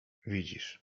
widzisz